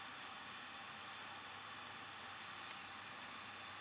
huh